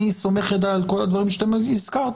אני סומך ידיי על כל הדברים שאתם הזכרתם.